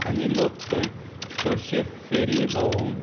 आनी लोक थंय चडशे फेरी भोवूं